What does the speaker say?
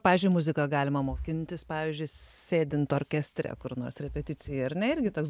pavyzdžiui muziką galima mokintis pavyzdžiui sėdint orkestre kur nors repeticijoj ar ne irgi toks